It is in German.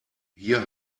hier